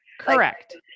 Correct